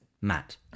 Matt